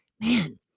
Man